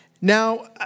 Now